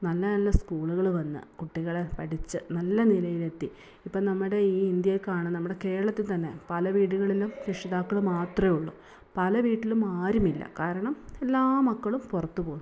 നല്ല നല്ല സ്കൂളുകൾ വന്നു കുട്ടികൾ പഠിച്ച് നല്ല നിലയിലെത്തി ഇപ്പം നമ്മുടെ ഈ ഇന്ത്യയിൽ കാണുന്ന നമ്മുടെ കേരളത്തിൽ തന്നെ പല വീടുകളിലും രക്ഷിതാക്കൾ മാത്രമേ ഉള്ളൂ പല വീട്ടിലും ആരും ഇല്ല കാരണം എല്ലാ മക്കളും പുറത്ത് പോകും